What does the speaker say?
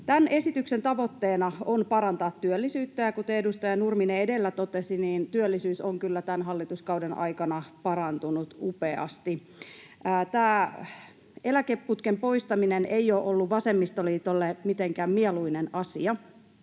Tämän esityksen tavoitteena on parantaa työllisyyttä, ja kuten edustaja Nurminen edellä totesi, niin työllisyys on kyllä tämän hallituskauden aikana parantunut upeasti. Tämä eläkeputken poistaminen ei ole ollut vasemmistoliitolle mitenkään mieluinen asia,